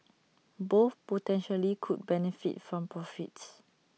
both potentially could benefit from profits